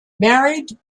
married